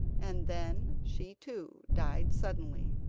and then she too died suddenly.